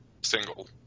single